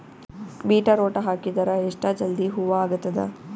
Beetroot ಹಾಕಿದರ ಎಷ್ಟ ಜಲ್ದಿ ಹೂವ ಆಗತದ?